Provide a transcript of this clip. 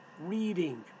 reading